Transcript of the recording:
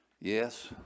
yes